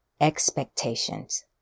expectations